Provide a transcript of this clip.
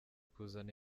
kuzana